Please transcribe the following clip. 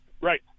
Right